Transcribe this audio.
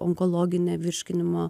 onkologinė virškinimo